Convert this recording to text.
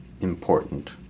important